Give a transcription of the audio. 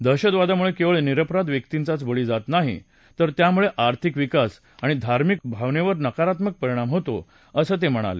दहशतवादामुळे केवळ निरपराध व्यक्तींचाच बळी जात नाही तर यामुळे आर्थिक विकास आणि धार्मिक सद्वावनेवर नकारात्मक परिणाम होतो असं ते म्हणाले